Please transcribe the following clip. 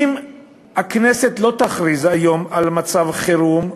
אם הכנסת לא תכריז היום על מצב חירום,